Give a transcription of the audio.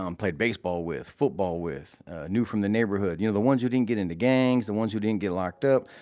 um played baseball with football with knew from the neighborhood. you know, the ones who didn't get into gangs, the ones who didn't get locked up,